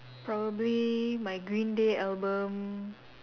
probably my green day album